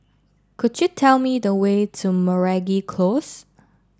could you tell me the way to Close